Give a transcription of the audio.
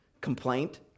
complaint